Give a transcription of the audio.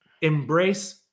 embrace